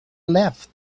left